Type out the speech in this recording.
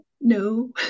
No